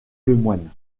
lemoine